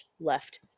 left